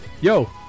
yo